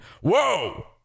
whoa